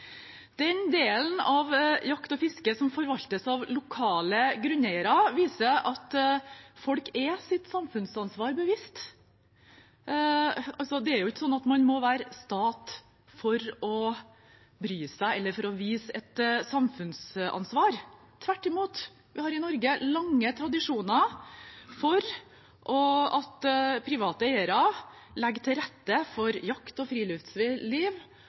Den delen av jakt og fiske som forvaltes av lokale grunneiere, viser at folk er seg sitt samfunnsansvar bevisst. Det er jo ikke sånn at man må være stat for å bry seg eller for å vise samfunnsansvar, tvert imot har vi i Norge lange tradisjoner for at private eiere legger til rette for jakt og